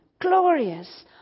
glorious